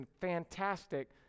fantastic